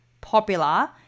popular